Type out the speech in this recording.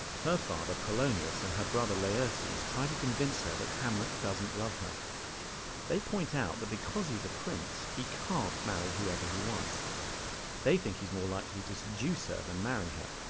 her father polonius and her brother laertes try to convince her that hamlet doesn't love her they point out that because he's a prince he can't marry whoever he wants they think he's more likely to seduce her than marry her.